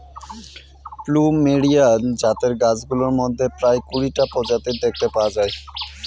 plumeria জাতের গাছগুলোর মধ্যে প্রায় কুড়িটা প্রজাতি দেখতে পাওয়া যায়